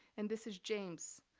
and this is james,